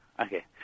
okay